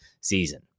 season